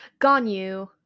Ganyu